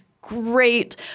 great